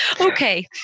Okay